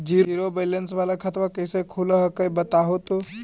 Zero balance वाला खतवा कैसे खुलो हकाई बताहो तो?